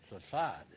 society